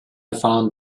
found